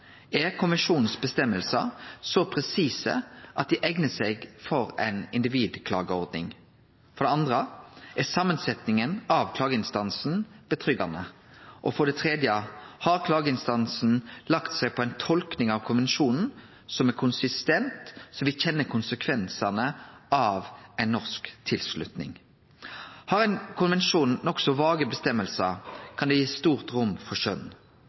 Er konvensjonens avgjerder så presise at dei eigna seg for ei individklageordning? For det andre: Er samansetninga av klageinstansen trygg? For det tredje: Har klageinstansen lagt seg på ei tolking av konvensjonen som er konsistent, så me kjenner konsekvensane av ei norsk tilslutning? Har ein konvensjon nokså vage fråsegner, kan dei gi stort rom for skjønn.